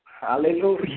Hallelujah